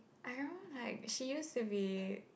I remember like she used to be